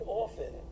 often